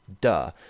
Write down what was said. duh